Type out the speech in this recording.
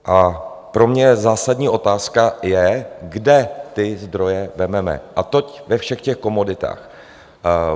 A pro mě zásadní otázka je, kde ty zdroje vezmeme, a to ve všech těch komoditách.